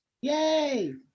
Yay